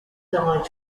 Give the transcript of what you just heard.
died